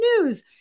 news